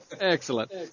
Excellent